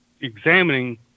examining